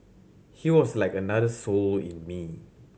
he was like another soul in me